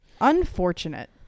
Unfortunate